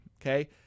Okay